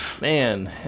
Man